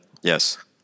Yes